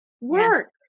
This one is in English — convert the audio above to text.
work